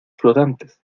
flotantes